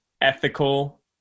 ethical